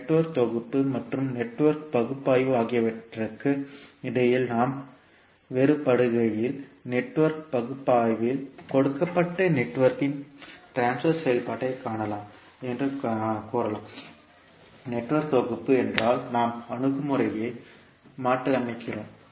network தொகுப்பு மற்றும் network பகுப்பாய்வு ஆகியவற்றுக்கு இடையில் நாம் வேறுபடுகையில் நெட்வொர்க் பகுப்பாய்வில் கொடுக்கப்பட்ட நெட்வொர்க்கின் பரிமாற்ற செயல்பாட்டைக் காணலாம் என்று கூறலாம் நெட்வொர்க் தொகுப்பு என்றால் நாம் அணுகுமுறையை மாற்றியமைக்கிறோம்